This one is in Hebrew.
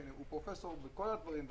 שהוא פרופ' בכל הדברים,